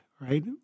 right